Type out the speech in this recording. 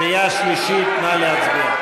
בצלאל סמוטריץ, מוותר.